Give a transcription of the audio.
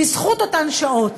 בזכות אותן שעות